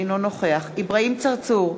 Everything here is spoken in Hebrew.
אינו נוכח אברהים צרצור,